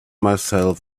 myself